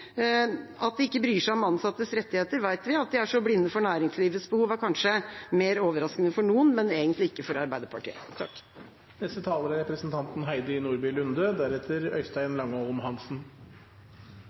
at regjeringspartiene ikke evner å se den sammenhengen. At de ikke bryr seg om ansattes rettigheter, vet vi. At de er så blinde for næringslivets behov, er kanskje mer overraskende for noen, men egentlig ikke for Arbeiderpartiet. Det er